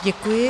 Děkuji.